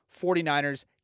49ers